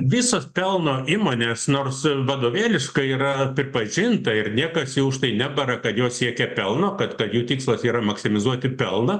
visos pelno įmonės nors vadovėliškai yra pripažinta ir niekas jų už tai nebara kad jos siekia pelno kad kad jų tikslas yra maksimizuoti pelną